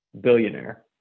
billionaire